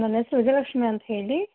ನನ್ನ ಹೆಸ್ರು ವಿಜಯಲಕ್ಷ್ಮೀ ಅಂತ ಹೇಳಿ